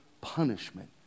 Punishment